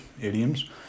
idioms